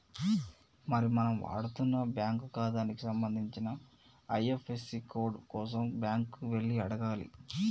మరి మనం వాడుతున్న బ్యాంకు ఖాతాకి సంబంధించిన ఐ.ఎఫ్.యస్.సి కోడ్ కోసం బ్యాంకు కి వెళ్లి అడగాలి